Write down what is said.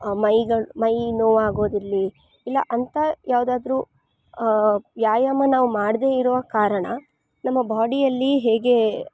ಮೈಗಳು ಮೈ ನೋವಾಗೋದಿರಲಿ ಇಲ್ಲ ಅಂತ ಯಾವ್ದಾದರು ವ್ಯಾಯಾಮ ನಾವು ಮಾಡದೇ ಇರುವ ಕಾರಣ ನಮ್ಮ ಬಾಡಿಯಲ್ಲಿ ಹೇಗೆ